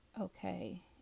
Okay